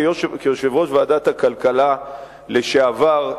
כיושב-ראש ועדת הכלכלה לשעבר,